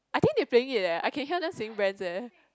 I think they playing it eh I can hear them saying rants eh